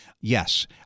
Yes